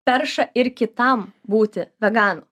perša ir kitam būti veganu